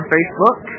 Facebook